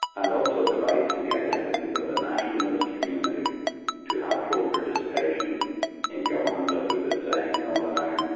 and also the rights and the identities of the nationalist community to have full participation in government, as we've been saying in northern ireland,